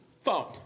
phone